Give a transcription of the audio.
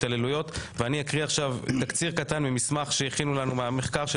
אני אקריא עכשיו תקציר קטן ממסמך שהכינו לנו מרכז המחקר של